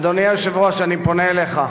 אדוני היושב-ראש, אני פונה אליך.